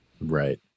right